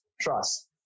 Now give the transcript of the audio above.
trust